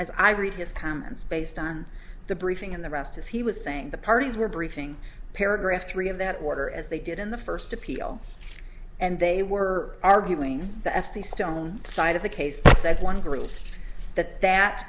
as i read his comments based on the briefing and the rest as he was saying the parties were briefing paragraph three of that water as they did in the first appeal and they were arguing that if the stone side of the case that one group that that